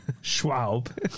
Schwab